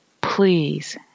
Please